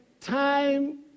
time